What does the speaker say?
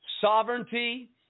sovereignty